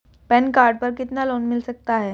Pan card पर कितना loan मिल सकता है?